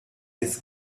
this